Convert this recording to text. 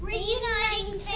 Reuniting